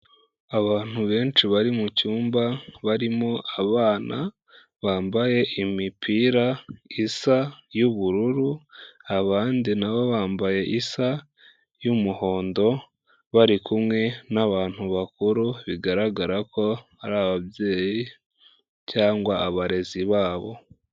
Abantu benshi bari mu cyumba barimo abana bambaye imipira isa y'ubururu, abandi nabo bambaye isa y'umuhondo bari kumwe n'abantu bakuru bigaragara ko ari ababyeyi cyangwa abarezi babo.